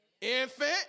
infant